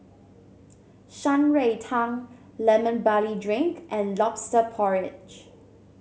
Shan Rui Tang Lemon Barley Drink and lobster porridge